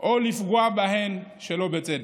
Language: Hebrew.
או לפגוע בהן שלא בצדק.